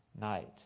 night